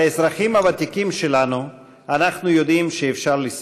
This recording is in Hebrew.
על האזרחים הוותיקים שלנו אנחנו יודעים שאפשר לסמוך.